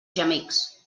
gemecs